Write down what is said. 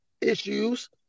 issues